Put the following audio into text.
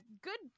good